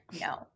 No